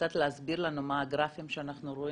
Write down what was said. קצת להסביר לנו מה הגרפים שאנחנו רואים?